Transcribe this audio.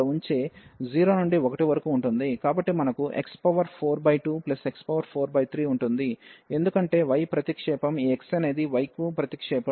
కాబట్టి మనకు x42x43ఉంటుంది ఎందుకంటే y ప్రతిక్షేపం ఈ x అనేది y కు ప్రతిక్షేపం